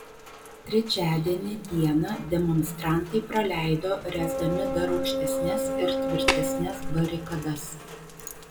trečiadienį dieną demonstrantai praleido ręsdami dar aukštesnes ir tvirtesnes barikadas